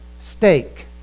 steak